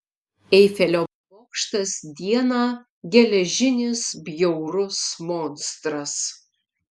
eifelio bokštas dieną geležinis bjaurus monstras